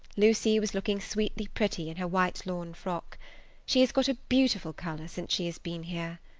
lucy was looking sweetly pretty in her white lawn frock she has got a beautiful colour since she has been here.